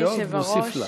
אם תצטרכי עוד, נוסיף לך.